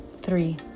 three